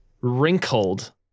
wrinkled